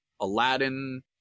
Aladdin